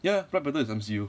ya ya black panther is M_C_U